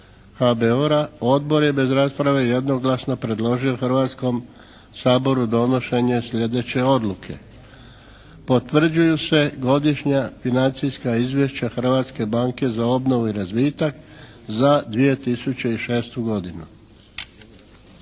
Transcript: HBOR-a Odbor je bez rasprave jednoglasno predložio Hrvatskom saboru donošenje sljedeće odluke: Potvrđuju se godišnja financijska izvješća Hrvatske banke za obnovu i razvitak za 2006. godinu.